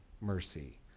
mercy